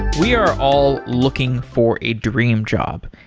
we are all looking for a dream job.